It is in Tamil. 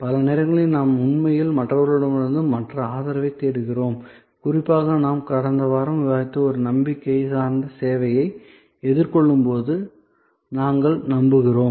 பல நேரங்களில் நாம் உண்மையில் மற்றவர்களிடமிருந்து மற்ற ஆதரவை தேடுகிறோம் குறிப்பாக நாம் கடந்த வாரம் விவாதித்த ஒரு நம்பிக்கை சார்ந்த சேவையை எதிர்கொள்ளும் போது நாங்கள் நம்புகிறோம்